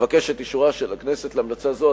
אבקש את אישורה של הכנסת להמלצה זו.